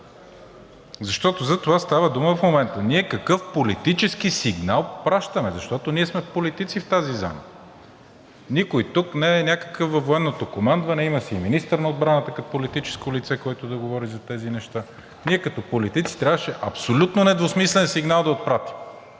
защото за това става дума в момента. Ние какъв политически сигнал пращаме, защото ние сме политици в тази зала. Никой тук не е някакъв във военното командване, има си и министър на отбраната като политическо лице, което да говори за тези неща. Ние като политици трябваше абсолютно недвусмислен сигнал да отпратим.